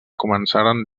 començaren